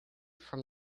from